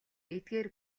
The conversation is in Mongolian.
эдгээр